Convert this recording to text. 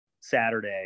Saturday